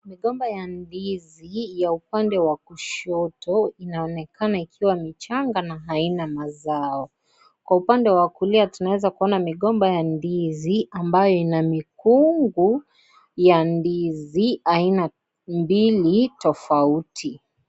Migomba ya ndizi ya upande wa kushoto inaonekana ikiwa michanga na haina mazao, kwa upande wa kulia tunaeza kuona migomba ya ndizi ambayo ina mikungu ya ndizi aina mbili tofauti.